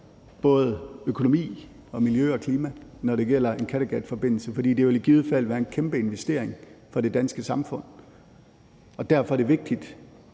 både økonomi og miljø og klima, når det gælder en Kattegatforbindelse, for det vil i givet fald være en kæmpe investering for det danske samfund. Derfor er det vigtigt,